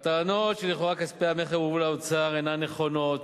הטענות שלכאורה כספי המכר הובאו לאוצר אינן נכונות,